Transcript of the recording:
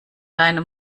deinem